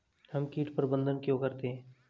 हम कीट प्रबंधन क्यों करते हैं?